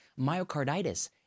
Myocarditis